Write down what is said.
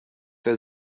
der